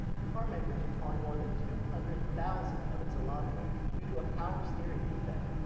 the car maker is recalling more than two hundred thousand of its elantra due to a power steering defect.